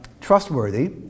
trustworthy